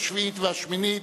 השביעית והשמינית,